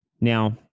Now